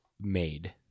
made